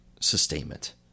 sustainment